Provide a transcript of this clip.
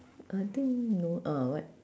I think no uh what